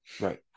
Right